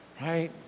right